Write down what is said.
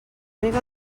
rega